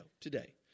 today